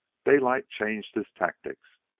daylight changed his tactics.